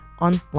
Online